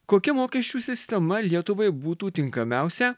kokia mokesčių sistema lietuvai būtų tinkamiausia